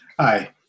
Hi